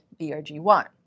BRG1